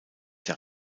der